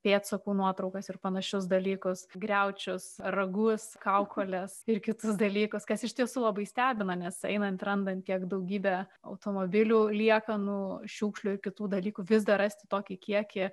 pėdsakų nuotraukas ir panašius dalykus griaučius ragus kaukoles ir kitus dalykus kas iš tiesų labai stebina nes einant randant kiek daugybę automobilių liekanų šiukšlių ir kitų dalykų vis dar rasti tokį kiekį